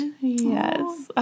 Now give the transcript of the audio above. Yes